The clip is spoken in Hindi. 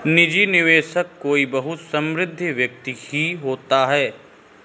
निजी निवेशक कोई बहुत समृद्ध व्यक्ति ही होता है